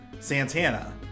Santana